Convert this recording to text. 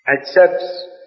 accepts